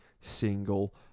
single